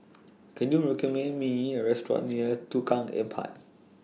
Can YOU recommend Me A Restaurant near Lorong Tukang Empat